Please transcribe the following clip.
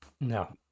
No